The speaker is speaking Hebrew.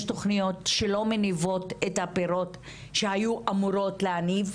יש תוכניות שלא מניבות את הפירות שהיו אמורות להניב.